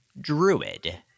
druid